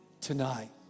tonight